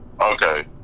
Okay